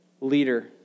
leader